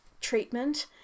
treatment